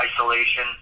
isolation